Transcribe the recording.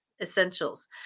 essentials